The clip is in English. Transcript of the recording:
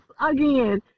again